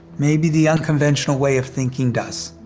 maybe the unconventional way of thinking does.